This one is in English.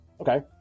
okay